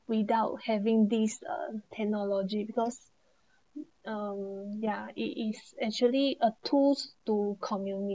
without having these uh technology because um yeah it is actually a tools to communicate